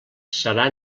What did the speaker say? serà